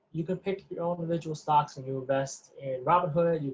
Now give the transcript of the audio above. you can pick your own individual stocks when you invest in robin hood,